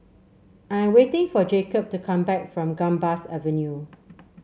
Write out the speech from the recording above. I am waiting for Jacob to come back from Gambas Avenue